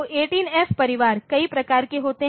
तो 18F परिवार कई प्रकार के होते हैं